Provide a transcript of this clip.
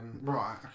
Right